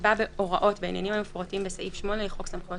יקבע הוראות בעניינים המפורטים בסעיף 8 לחוק סמכויות